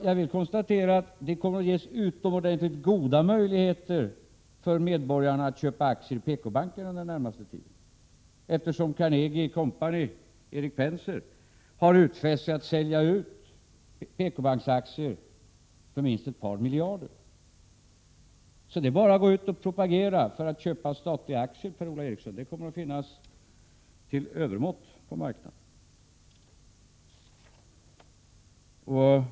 Jag konstaterar att det kommer att ges utomordentligt goda möjligheter för medborgarna att köpa aktier i PKbanken under den närmaste tiden, eftersom Carnegie & Co — Erik Penser — har utfäst sig att sälja ut PKbanksaktier för minst ett par miljarder. Därför är det bara att gå ut till folk och propagera för att de skall köpa statliga aktier, Per-Ola Eriksson. Dessa aktier kommer att finnas till övermått på marknaden.